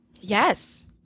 Yes